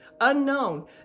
unknown